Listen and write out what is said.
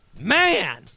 man